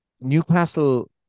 Newcastle